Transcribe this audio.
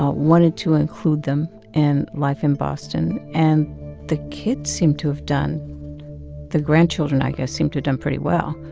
ah wanted to include them in life in boston. and the kids seem to have done the grandchildren i guess, seemed to have done pretty well,